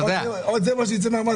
העובד"